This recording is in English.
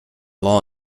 law